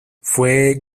fue